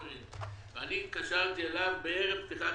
אני התקשרתי אל חיים הלפרין בערב פתיחת